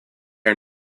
are